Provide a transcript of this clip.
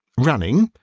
running,